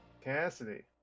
Cassidy